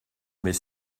mais